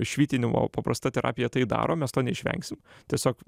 švitinimo paprasta terapija tai daro mes to neišvengsim tiesiog